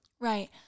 right